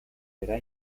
vera